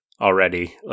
already